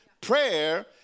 Prayer